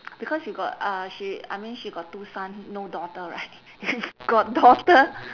because you got uh she I mean she got two son no daughter right if got daughter